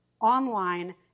online